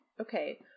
Okay